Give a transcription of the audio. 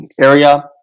area